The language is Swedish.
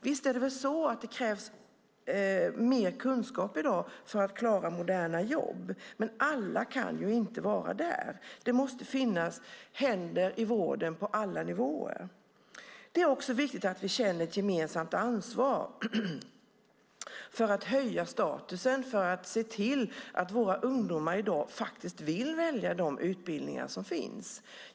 Visst krävs det mer kunskap i dag för att klara moderna jobb, men alla kan inte vara där. Det måste finnas händer i vården på alla nivåer. Det är också viktigt att vi känner ett gemensamt ansvar för att höja statusen, för att se till att våra ungdomar i dag faktiskt vill välja de utbildningar som finns.